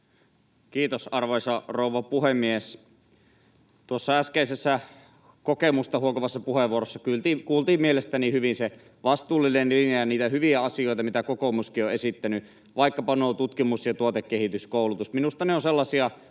Kiitos, arvoisa rouva puhemies! Tuossa äskeisessä kokemusta huokuvassa puheenvuorossa kuultiin mielestäni hyvin se vastuullinen linja ja niitä hyviä asioita, mitä kokoomuskin on esittänyt, vaikkapa tutkimus ja tuotekehitys, koulutus. Minusta ne ovat sellaisia